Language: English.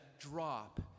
drop